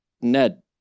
Ned